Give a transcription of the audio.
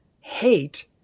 hate